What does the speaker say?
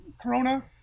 Corona